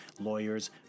lawyers